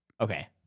Okay